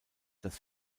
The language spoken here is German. das